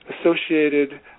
associated